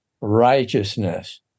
righteousness